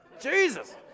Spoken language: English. Jesus